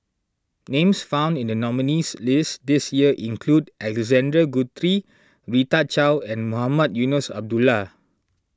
names found in the nominees' list this year include Alexander Guthrie Rita Chao and Mohamed Eunos Abdullah